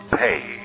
pay